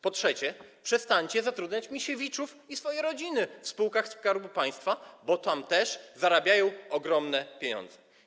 Po trzecie, przestańcie zatrudniać Misiewiczów i swoje rodziny w spółkach Skarbu Państwa, bo tam też zarabiają ogromne pieniądze.